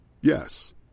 Yes